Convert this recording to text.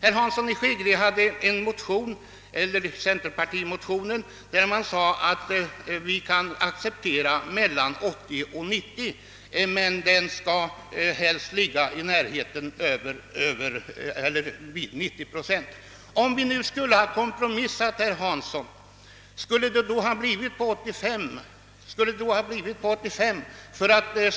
I sin motion säger centerpartiet, att man kan acceptera en självförsörjningsgrad på mellan 80 och 90 procent men att denna helst bör ligga vid 90 procent. Om vi nu hade kompromissat, herr Hansson, skulle vi då ha fastställt självförsörjningsgraden till 85 procent?